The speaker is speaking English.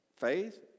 faith